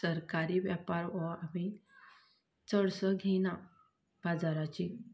सरकारी वेपार हो आमी चडसो घेयनां बाजाराची